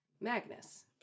Magnus